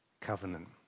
covenant